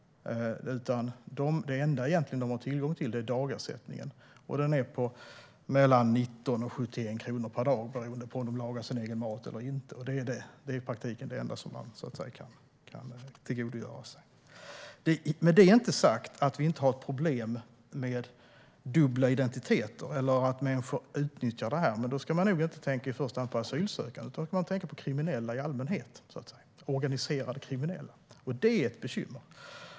Det enda de egentligen har tillgång till är dagersättningen, som ligger på mellan 19 och 71 kronor per dag beroende på om de lagar sin egen mat eller inte. Det är i praktiken det enda som de kan tillgodogöra sig. Med det är inte sagt att vi inte har ett problem med dubbla identiteter eller att människor utnyttjar detta. Men då ska man nog inte i första hand tänka på asylsökande utan på kriminella i allmänhet och organiserade kriminella. Det är ett bekymmer.